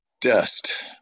dust